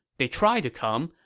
they tried to come,